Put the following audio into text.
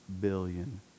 billion